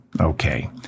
Okay